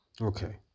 okay